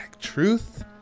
truth